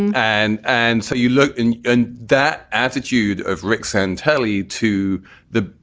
and and so you look in and that attitude of rick santelli to the,